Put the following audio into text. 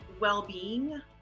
well-being